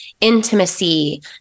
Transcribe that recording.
intimacy